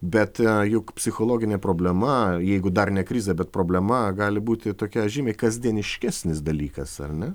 bet juk psichologinė problema jeigu dar ne krizė bet problema gali būti tokia žymiai kasdieniškesnis dalykas ar ne